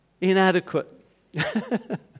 Inadequate